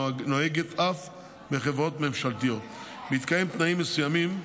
הנוהגת אף בחברות ממשלתיות בהתקיים תנאים מסוימים.